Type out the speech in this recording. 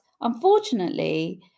unfortunately